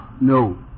no